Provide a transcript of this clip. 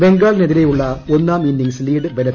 ബംഗാളിനെതിരെയുള്ള ഒന്നാം innings lead ബലത്തിൽ